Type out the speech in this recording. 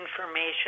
information